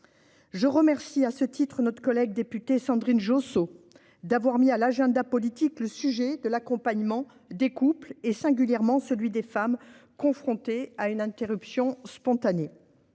Je remercie notre collègue députée Sandrine Josso d'avoir inscrit à notre agenda politique le sujet de l'accompagnement des couples- et singulièrement des femmes -confrontés à une interruption spontanée